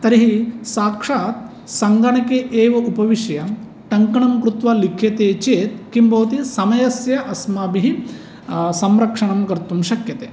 तर्हि साक्षात् सङ्गणके एव उपविश्य टङ्कनं कृत्वा लिख्यते चेत् किं भवति समयस्य अस्माभिः संरक्षणं कर्तुं शक्यते